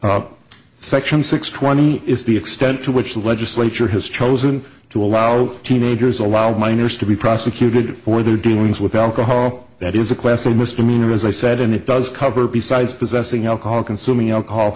it section six twenty is the extent to which the legislature has chosen to allow teenagers allowed minors to be prosecuted for their dealings with alcohol that is a class a misdemeanor as i said and it does cover besides possessing alcohol consuming alcohol